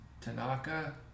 Tanaka